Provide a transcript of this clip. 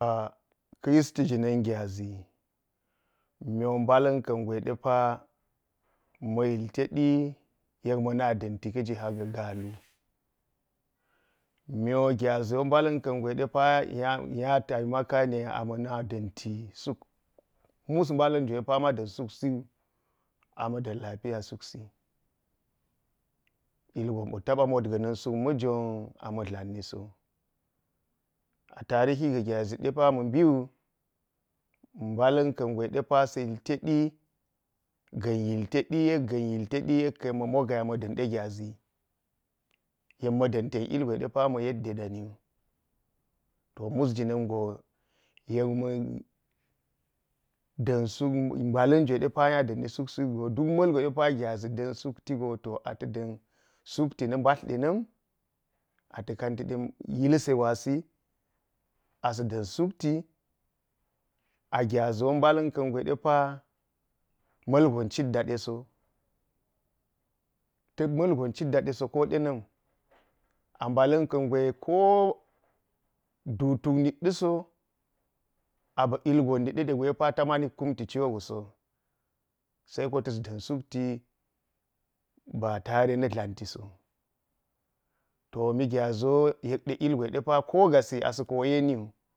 ka yisti jinin gyaʒi mo mba̱la̱n ka̱n gure de pa ma̱ yil tedi, yek ma̱ na da̱nti ka leha ga̱ galu, miyo gaaʒi niye mbala̱n ka̱n gwe de pa nya taimakani yek a ma̱na da̱nti – suki – mus mbala̱n jwe de pa ma da̱n suksi wu – mus mbala̱n jwe de pa mada̱n suk siwu a ma̱da̱n lafiya suksi ilgon potaɓa mot ga̱na̱n suk ma̱jon ama̱ dla̱nniso. A tarihi ga gyaʒi de pa ma̱ mbi wu: mbala̱n ka̱n gwe de pa sa̱ yil ted – ga̱n yil tedi – ted yil ted yila ga̱n moga yek ma̱ da̱n ɗe gyaʒi’i ye ma̱da̱n ten ilgwe depa ma yadde daniwu. To mus jina̱n gon – yek ma̱da̱n suk mbalan jwe de p. Nya ʒa̱ni suksi wu duk mulge de pa gyaʒi da̱n sukti go to ata̱ da̱n na̱ mbatl de na̱m ata̱ kanti de yilse – gwasi, asa̱ da̱n sukti, a gyaʒi mbala̱u ka̱n gwe de pa mulgon cit da ɗa so tak ma̱lgon cit daɗe so ko de na̱ duu tuk mikɗaso aba̱ ilgon nitɗa gwe ɗe pa ta mamik kumti co wuso saiko tas da̱n sulati ba tare na̱ dla̱nti so. To mu gyaʒi wo yekɗe ilgwe de pa ko gaasi a sa̱ koyeni wu.